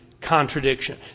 contradiction